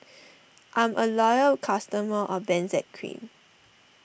I'm a loyal customer of Benzac Cream